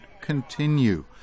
continue